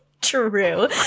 True